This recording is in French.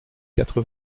quatre